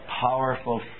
powerful